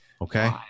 Okay